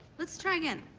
let's try again.